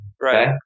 Right